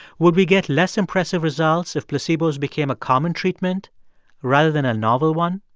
would we get less impressive results if placebos became a common treatment rather than a novel one?